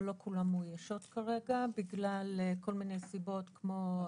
אבל לא כולן מאוישות כרגע בגלל כל מיני סיבות כמו ה-2%.